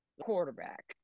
quarterback